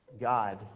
God